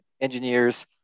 engineers